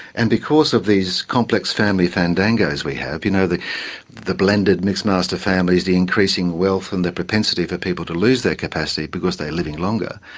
and because of these complex family fandangos we have, you know, the the blended mixmaster families, the increasing wealth and the propensity for people to lose their capacity because they are living longer,